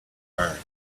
her